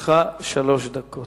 לרשותך שלוש דקות.